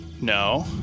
No